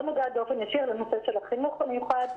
אני לא נוגעת באופן ישיר בנושא של החינוך המיוחד,